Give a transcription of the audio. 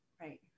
Right